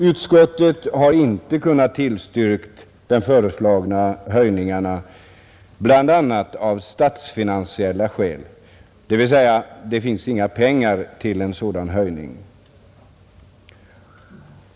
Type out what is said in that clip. Utskottet har inte kunnat tillstyrka den föreslagna höjningen, bl.a. av statsfinansiella skäl, dvs. det finns inga pengar till en sådan höjning.